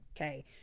Okay